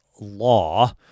law